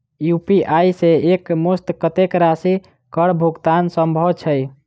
UPI सऽ एक मुस्त कत्तेक राशि कऽ भुगतान सम्भव छई?